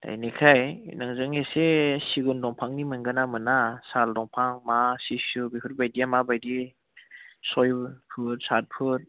इनिखाय नोंजों एसे सिगुन दंफांनि मोनगोन ना मोना साल दंफां बा सिसु बेफोरबायदिया माबायदि सयफुट सातफुट